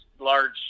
Large